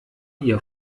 ihr